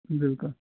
بِلکُل